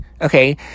okay